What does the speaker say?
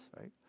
right